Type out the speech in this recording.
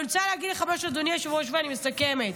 אני רוצה להגיד, אדוני היושב-ראש, ואני מסכמת: